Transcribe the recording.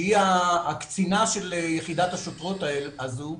שהיא הקצינה של יחידת השוטרות הזו,